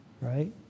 Right